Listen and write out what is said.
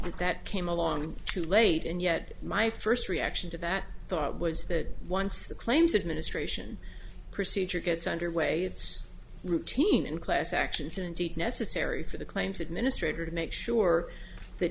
think that came along too late and yet my first reaction to that thought was that once the claims of ministration procedure gets underway it's routine in class actions and necessary for the claims administrator to make sure that